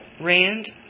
Rand